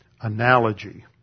analogy